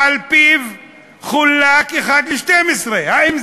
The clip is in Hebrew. אז, חברים, ההצבעה שלנו